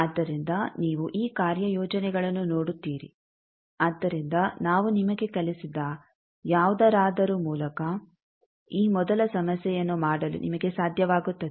ಆದ್ದರಿಂದ ನೀವು ಈ ಕಾರ್ಯಯೋಜನೆಗಳನ್ನು ನೋಡುತ್ತೀರಿ ಆದ್ದರಿಂದ ನಾವು ನಿಮಗೆ ಕಲಿಸಿದ ಯಾವುದರಾದರೂ ಮೂಲಕ ಈ ಮೊದಲ ಸಮಸ್ಯೆಯನ್ನು ಮಾಡಲು ನಿಮಗೆ ಸಾಧ್ಯವಾಗುತ್ತದೆ